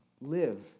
Live